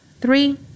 three